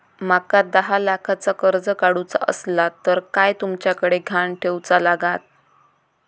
माका दहा लाखाचा कर्ज काढूचा असला तर काय तुमच्याकडे ग्हाण ठेवूचा लागात काय?